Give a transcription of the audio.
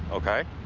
ok?